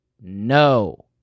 No